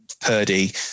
Purdy